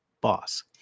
boss